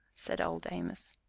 said old amos.